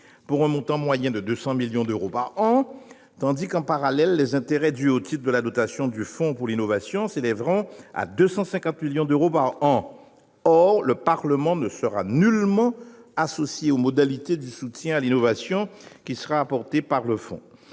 pour un montant moyen de 200 millions d'euros par an, tandis que les intérêts dus au titre de la dotation du fonds pour l'innovation s'élèveront à 250 millions d'euros par an. Or le Parlement ne sera nullement associé aux modalités du soutien à l'innovation qui sera apporté par le fonds.